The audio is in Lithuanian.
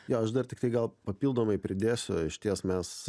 jo aš dar tiktai gal papildomai pridėsiu išties mes